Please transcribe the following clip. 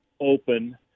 open